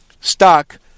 stock